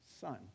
Son